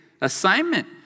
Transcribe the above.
assignment